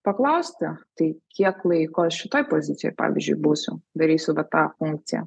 paklausti tai kiek laiko šitoj pozicijoj pavyzdžiui būsiu darysiu va tą funkciją